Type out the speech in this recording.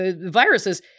viruses